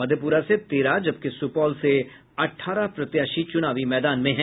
मधेप्ररा से तेरह जबकि सुपौल से अठारह प्रत्याशी चुनावी मैदान में हैं